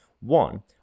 One